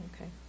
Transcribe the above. Okay